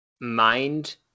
mind